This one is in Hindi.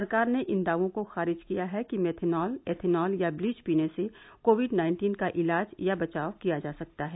सरकार ने इन दावों को खारिज किया है कि मेथेनॉल एथेनॉल या ब्लीच पीने से कोविड नाइन्टीन का इलाज या बचाव किया जा सकता है